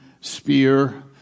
spear